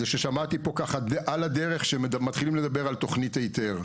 שמעתי פה ככה על הדרך שמתחילים לדבר על תכנית היתר.